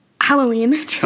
Halloween